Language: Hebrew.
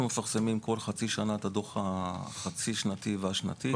אנחנו מפרסמים בכל חצי שנה את הדוח החצי שנתי והשנתי.